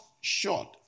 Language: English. short